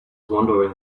wondering